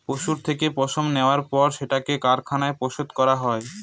পশুর থেকে পশম নেওয়ার পর সেটাকে কারখানায় প্রসেস করা হয়